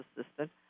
assistant